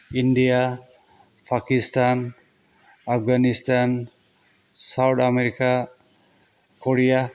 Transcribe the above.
India Pakistan Afghanistan South America Korea